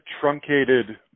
truncated